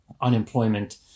unemployment